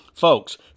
Folks